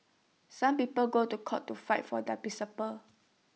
some people go to court to fight for their principles